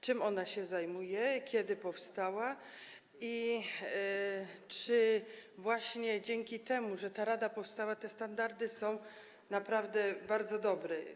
czym ona się zajmuje, kiedy powstała i czy właśnie dzięki temu, że ta rada powstała, te standardy są naprawdę bardzo dobre.